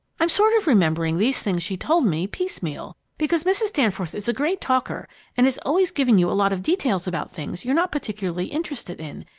i'm sort of remembering these things she told me, piecemeal, because mrs. danforth is a great talker and is always giving you a lot of details about things you're not particularly interested in,